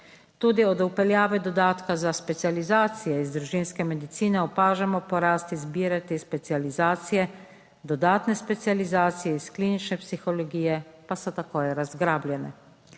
Tudi od vpeljave dodatka za specializacije iz družinske medicine opažamo porast izbire te specializacije. Dodatne specializacije iz klinične psihologije pa so takoj razgrabljene.